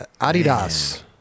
Adidas